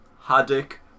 Haddock